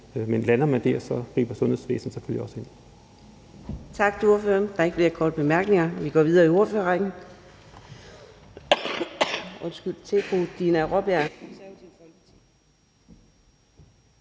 men lander man der, griber sundhedsvæsenet selvfølgelig også ind.